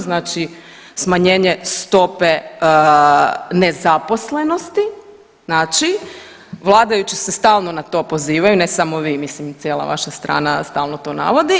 Znači smanjenje stope nezaposlenosti, znači vladajući se stalno na to pozivaju ne samo vi, mislim i cijela vaša strana stalno to navodi.